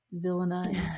villainized